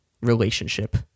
relationship